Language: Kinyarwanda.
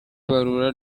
ibarura